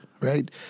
right